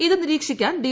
ഇതു നിരീക്ഷിക്കാൻ ഡി